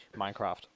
Minecraft